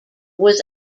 was